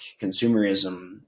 consumerism